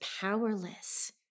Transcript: powerless